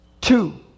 Two